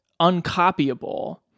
uncopyable